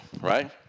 right